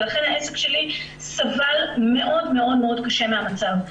ולכן העסק שלי סבל מאוד קשה מהמצב.